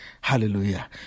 Hallelujah